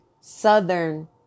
southern